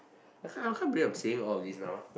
I can't I can't believe I'm saying all of these now